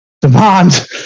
demand